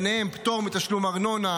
ובהן פטור מתשלום ארנונה,